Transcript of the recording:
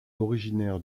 originaire